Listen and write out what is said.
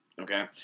okay